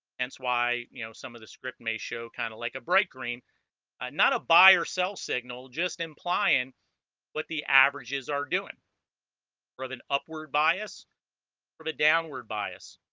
that's why you know some of the script may show kind of like a bright green not a buy or sell signal just implying what the averages are doing for than upward bias from a downward bias